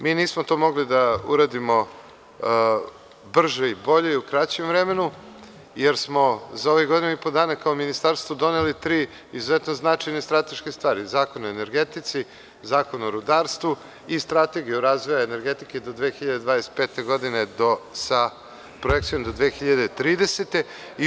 Mi nismo to mogli da uradimo brže i bolje u kraćem vremenu, jer smo za ovih godinu i po dana kao Ministarstvo doneli tri izuzetno značajne strateške stvari – Zakon o energetici, Zakon o rudarstvu i Strategiju razvoja energetike do 2025. godine, sa projekcijom do 2030. godine.